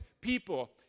people